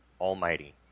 Almighty